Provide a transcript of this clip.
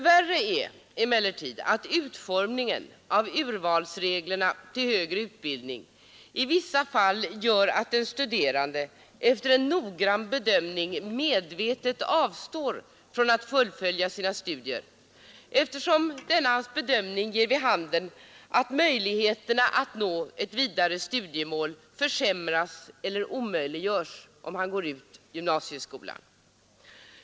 Värre är emellertid att utformningen av urvalsreglerna till högre utbildning i vissa fall gör att den studerande efter en noggrann bedömning medvetet avstår från att fullfölja sina studier, eftersom denna bedömning ger vid handen att hans möjligheter att nå ett vidare studiemål försämras eller omöjliggörs, om han går ut gymnasieskolan.